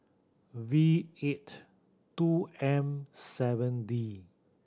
V eighty two M seven D